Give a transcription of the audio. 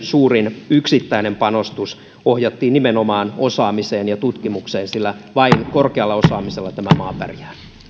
suurin yksittäinen panostus ohjattiin nimenomaan osaamiseen ja tutkimukseen sillä vain korkealla osaamisella tämä maa pärjää